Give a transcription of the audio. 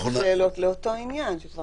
אלה שאלות לאותו עניין.